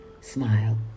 Smile